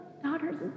Daughters